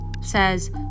says